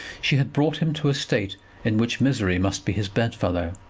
she had brought him to a state in which misery must be his bedfellow,